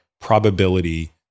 probability